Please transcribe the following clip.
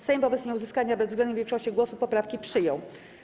Sejm wobec nieuzyskania bezwzględnej większości głosów poprawki przyjął.